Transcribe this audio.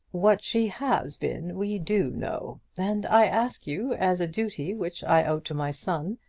what she has been we do know, and i ask you, as a duty which i owe to my son,